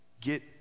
Get